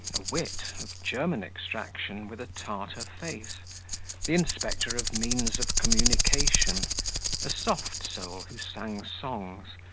a wit of german extraction, with a tartar face the inspector of means of communication a soft soul, who sang songs,